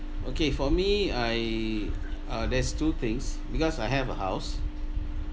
okay for me I uh there's two things because I have a house